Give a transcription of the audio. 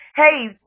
Hey